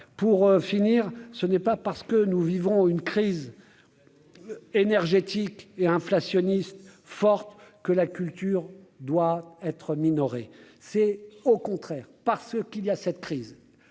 pour finir, ce n'est pas parce que nous vivons une crise énergétique et inflationniste forte que la culture doit être minoré, c'est au contraire parce qu'il y a cette prise